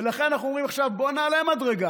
ולכן אנחנו אומרים עכשיו: בואו נעלה מדרגה,